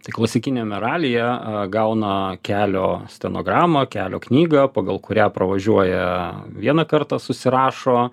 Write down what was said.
tai klasikiniame ralyje gauna kelio stenogramą kelio knygą pagal kurią pravažiuoja vieną kartą susirašo